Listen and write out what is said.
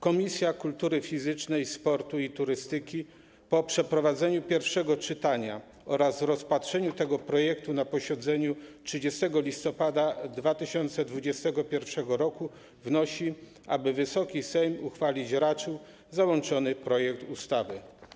Komisja Kultury Fizycznej, Sportu i Turystyki po przeprowadzeniu pierwszego czytania oraz rozpatrzeniu tego projektu na posiedzeniu 30 listopada 2021 r. wnosi, aby Wysoki Sejm uchwalić raczył załączony projekt ustawy.